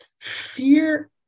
fear